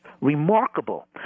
remarkable